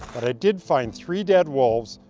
but i did find three dead wolves,